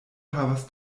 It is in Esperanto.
havas